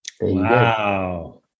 Wow